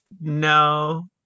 No